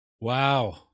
Wow